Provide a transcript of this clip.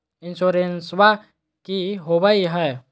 इंसोरेंसबा की होंबई हय?